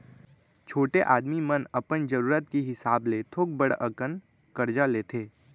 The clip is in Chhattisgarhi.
छोटे आदमी मन अपन जरूरत के हिसाब ले थोक बड़ अकन करजा लेथें